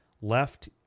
left